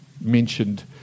mentioned